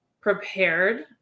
prepared